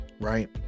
Right